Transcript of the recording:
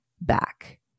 back